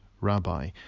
Rabbi